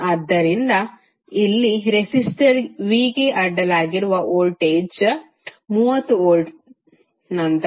ಆದ್ದರಿಂದ ಇಲ್ಲಿ resistor V ಅಡ್ಡಲಾಗಿರುವ ವೋಲ್ಟೇಜ್ 30 ವೋಲ್ಟ್ ನಂತರ ಪ್ರವಾಹವಾಗಿರುತ್ತದೆ